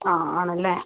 അ ആണല്ലേ